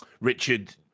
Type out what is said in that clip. Richard